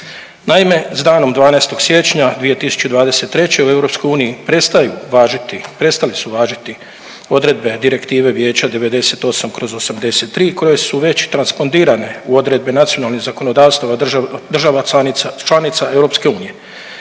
Naime, s danom 12. siječnja 2023. u EU prestale su važiti odredbe Direktive Vijeća 98/83 koje su već transponirane u odredbe nacionalnih zakonodavstava država članica EU.